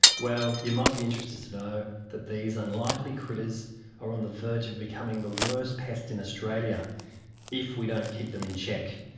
well, you might be interested to know that these unlikely critters are on the verge of becoming the worst pest in australia if we don't keep them in check,